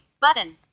button